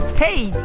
hey,